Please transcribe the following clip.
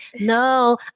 no